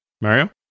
Mario